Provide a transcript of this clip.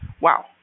Wow